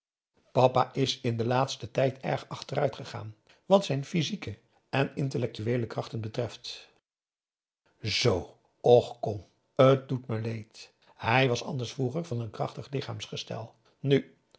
papa is in den laatsten tijd erg achteruit gegaan wat zijn physieke en intellectueele krachten betreft zoo och kom t doet me leed hij was anders vroeger van een krachtig lichaamsgestel nu